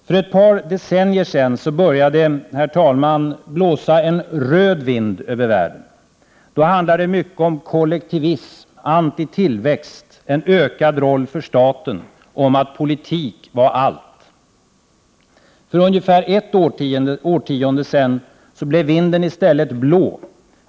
För ett par decennier sedan började det, herr talman, blåsa en röd vind över världen. Då handlade det mycket om kollektivism, antitillväxt, om en ökad roll för staten och om att politik var allt. För ungefär ett årtionde sedan blev vinden i stället blå.